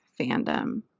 fandom